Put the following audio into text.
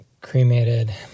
cremated